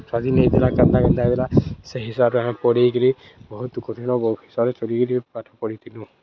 ସ୍ଵାଧୀନ୍ ହେଇଥିଲା କେନ୍ତା କେନ୍ତା ହେଇଥିଲା ସେଇ ହିସାବ୍ରେ ଆମେ ପଢ଼ିକିରି ବହୁତ୍ ଦୁଃଖ ଦିନ ବହୁତ୍ ହିସାବ୍ରେ ଚାକିରି ପାଠ ପଢ଼ିଥିନୁ